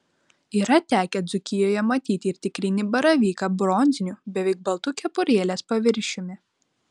yra tekę dzūkijoje matyti ir tikrinį baravyką bronziniu beveik baltu kepurėlės paviršiumi